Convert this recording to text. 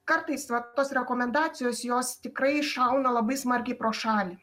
kartais vat tos rekomendacijos jos tikrai šauna labai smarkiai pro šalį